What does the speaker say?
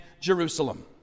Jerusalem